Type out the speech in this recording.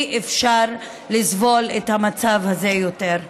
אי-אפשר לסבול את המצב הזה יותר.